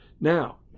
Now